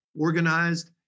organized